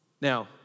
Now